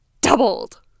doubled